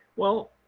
well.